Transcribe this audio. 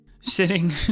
sitting